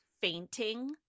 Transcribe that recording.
fainting